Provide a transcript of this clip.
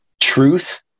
truth